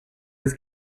his